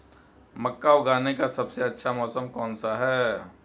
मक्का उगाने का सबसे अच्छा मौसम कौनसा है?